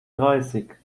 dreißig